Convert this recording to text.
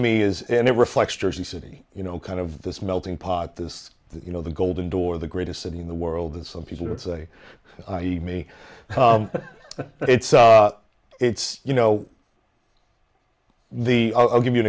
me is and it reflects jersey city you know kind of this melting pot this you know the golden door the greatest city in the world and some people would say me it's it's you know the i'll give you an